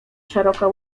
szeroka